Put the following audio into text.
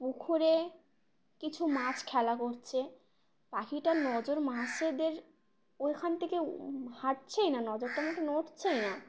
পুকুরে কিছু মাছ খেলা করছে পাখিটার নজর মাছেদের ওইখান থেকে হটছেই না নজরটা মোটে নড়ছেই না